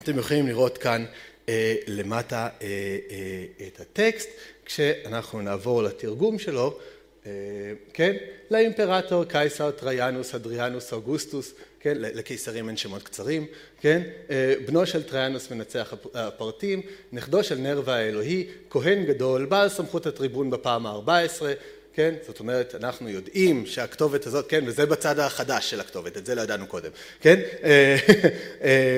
אתם יכולים לראות כאן למטה את הטקסט, כשאנחנו נעבור לתרגום שלו. לאימפרטור קיסאו טריינוס אדריאנוס אוגוסטוס, לקיסרים אין שמות קצרים. בנו של טריינוס מנצח הפרטים, נכדו של נרווה האלוהי, כהן גדול, בעל סמכות הטריבון בפעם ה-14. כן, זאת אומרת אנחנו יודעים שהכתובת הזאת, כן, וזה בצד החדש של הכתובת, את זה לא ידענו קודם.